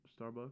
Starbucks